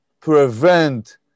prevent